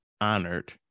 honored